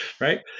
right